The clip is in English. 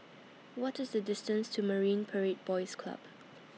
What IS The distance to Marine Parade Boys Club